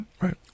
Right